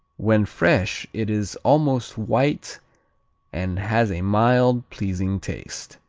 when fresh it is almost white and has a mild, pleasing taste.